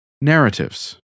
Narratives